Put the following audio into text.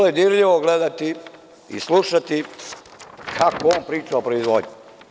Bilo je dirljivo gledati i slušati kako on priča o proizvodnji.